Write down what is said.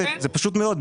זה פשוט מאוד.